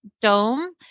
dome